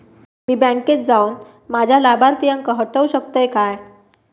मी बँकेत जाऊन माझ्या लाभारतीयांका हटवू शकतय काय?